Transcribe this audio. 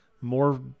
more